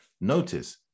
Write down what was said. notice